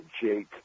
Jake